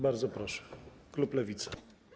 Bardzo proszę, klub Lewica.